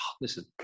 Listen